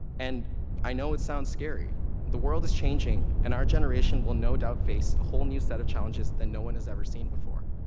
and i know it sounds scary. the world is changing, and our generation will no doubt face a whole new set of challenges that no one has ever seen before.